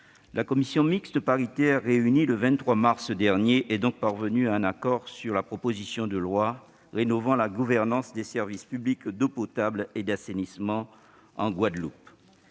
la commission mixte paritaire réunie le 23 mars dernier est donc parvenue à un accord sur la proposition de loi rénovant la gouvernance des services publics d'eau potable et d'assainissement en Guadeloupe.